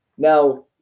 Now